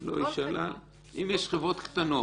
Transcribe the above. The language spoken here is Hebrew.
לא, היא שאלה אם יש חברות קטנות.